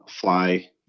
fly